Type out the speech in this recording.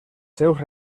seus